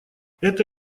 эта